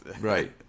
Right